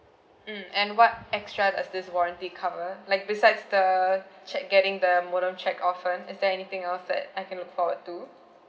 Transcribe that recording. mm and what extra does this warranty cover like besides the che~ getting the modem checked often is there anything else that I can look forward to